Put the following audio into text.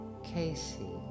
Casey